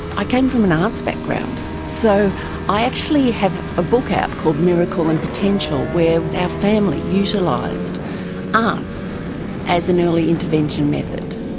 i came from an arts background. so i actually have a book out called, miracle and potential, where our family utilised arts as an early intervention method.